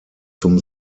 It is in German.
zum